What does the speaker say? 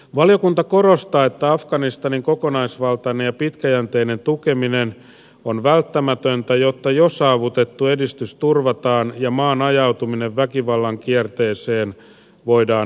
valiokunta korostaa että afganistanin kokonaisvaltainen ja pitkäjänteinen tukeminen on välttämätöntä jotta jo saavutettu edistys turvataan ja maan ajautuminen väkivallan kierteeseen voidaan estää